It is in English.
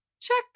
check